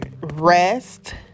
rest